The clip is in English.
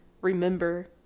remember